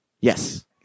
yes